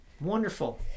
wonderful